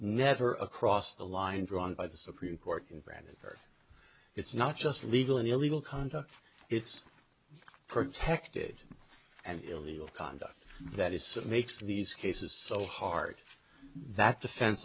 never across the line drawn by the supreme court granted it's not just legal and illegal conduct it's protected and illegal conduct that is makes these cases so hard that defen